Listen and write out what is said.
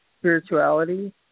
spirituality